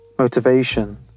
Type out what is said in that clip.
Motivation